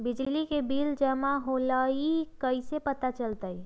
बिजली के बिल जमा होईल ई कैसे पता चलतै?